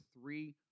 three